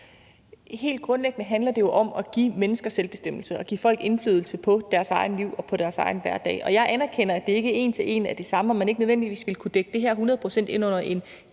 Helt grundlæggende handler det jo om at give mennesker selvbestemmelse og give folk indflydelse på deres eget liv og på deres egen hverdag, og jeg anerkender, at det ikke en til en er det samme, og at man ikke nødvendigvis ville kunne dække det her hundrede procent ind under en